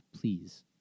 Please